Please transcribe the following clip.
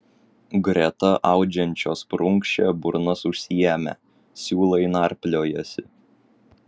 greta audžiančios prunkščia burnas užsiėmę siūlai narpliojasi